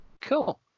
Cool